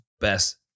best